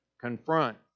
confront